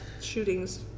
shootings